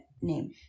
name